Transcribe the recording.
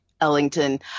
Ellington